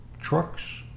trucks